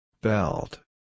Belt